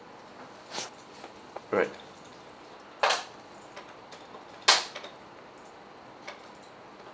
right